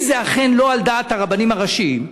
אם זה אכן לא על דעת הרבנים הראשיים,